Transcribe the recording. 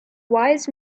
wise